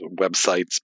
websites